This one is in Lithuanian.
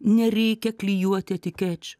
nereikia klijuoti etikečių